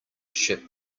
ship